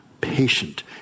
patient